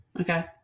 Okay